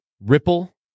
Ripple